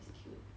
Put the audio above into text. is cute